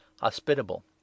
hospitable